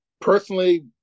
Personally